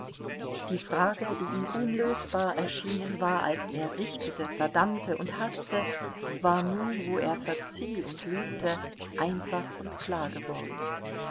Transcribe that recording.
die frage die ihm unlösbar erschienen war als er richtete verdammte und haßte war nun wo er verzieh und liebte einfach und klargeworden